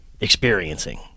experiencing